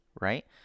right